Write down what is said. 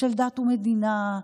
דת ומדינה,